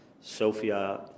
Sofia